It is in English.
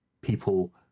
people